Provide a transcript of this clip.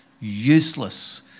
useless